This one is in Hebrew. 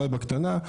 בקטנה: